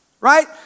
right